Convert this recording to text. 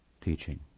teaching